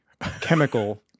chemical